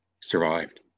survived